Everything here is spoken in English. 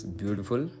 beautiful